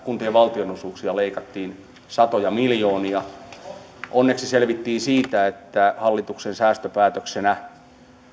kuntien valtionosuuksia leikattiin satoja miljoonia onneksi selvittiin siitä että hallituksen säästöpäätöksenä